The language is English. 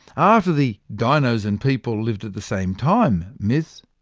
after the dinos and people lived at the same time myth,